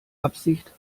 absicht